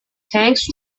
thanks